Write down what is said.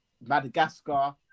Madagascar